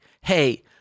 Hey